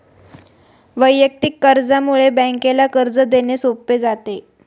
वैयक्तिक कर्जामुळे बँकेला कर्ज देणे सोपे जाते